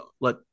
let